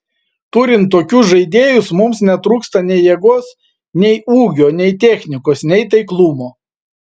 turint tokius žaidėjus mums netrūksta nei jėgos nei ūgio nei technikos nei taiklumo